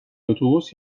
اتوبوس